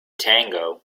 tango